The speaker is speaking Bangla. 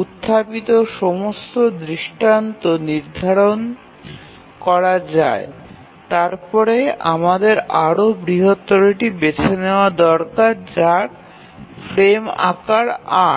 উত্থাপিত সমস্ত দৃষ্টান্ত নির্ধারিত করা যায় তারপরে আমাদের আরও বৃহত্তরটি বেছে নেওয়া দরকার যার ফ্রেম আকার ৮